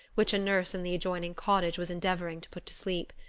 which a nurse in the adjoining cottage was endeavoring to put to sleep.